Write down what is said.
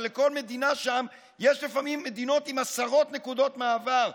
כשלמדינות שם יש לפעמים עשרות נקודות מעבר,